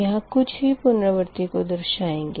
यहाँ कुछ ही पुनरावर्ती को दर्शाएँगे